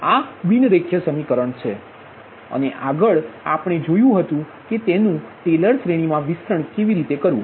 તેથી આ બિન રેખીય સમીકરણ છે અને આગળ આપણે જોયું હતુ કે તેનુ ટેલર શ્રેણીમાં વિસ્તરણ કેવી રીતે કરવું